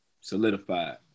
solidified